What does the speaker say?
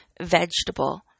vegetable